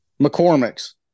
McCormick's